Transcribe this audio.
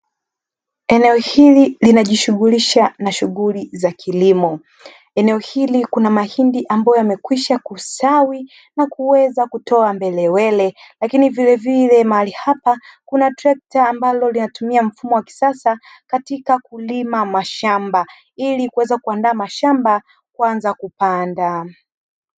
Eneo hili linajishughulisha na shughuli za kilimo. Eneo hili kuna mahindi ambayo yamekwisha kustawi na kuweza kutoa mbelewele, lakini vilevile mahali hapa kuna trekta ambalo linatumia mfumo wa kisasa katika kulima mashamba ili kuweza kuandaa mashamba, kuanza kupanda.